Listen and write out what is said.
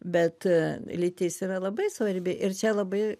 bet lytis yra labai svarbi ir čia labai